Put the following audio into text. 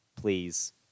Please